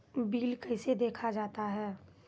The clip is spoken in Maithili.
बिल कैसे देखा जाता हैं?